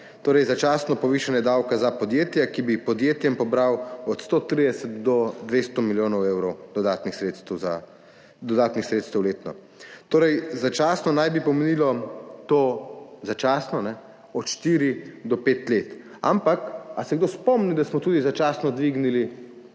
torej »začasno« povišanje davka za podjetja, ki bi podjetjem pobralo od 130 do 200 milijonov evrov dodatnih sredstev letno. Torej, začasno naj bi pomenilo, to začasno, od štiri do pet let. Ampak ali se kdo spomni, da smo tudi začasno dvignili